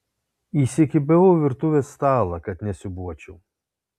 įsikibau į virtuvės stalą kad nesiūbuočiau